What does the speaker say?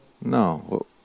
no